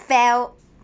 fell